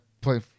play